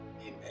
Amen